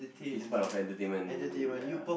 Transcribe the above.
is part of entertainment ya